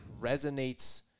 resonates